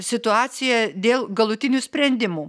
situacija dėl galutinių sprendimų